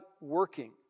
working